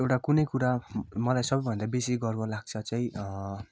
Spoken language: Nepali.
एउटा कुनै कुरा मलाई सबभन्दा बेसी गर्व लाग्छ चाहिँ अँ